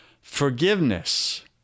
forgiveness